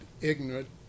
ignorant